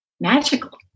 magical